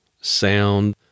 sound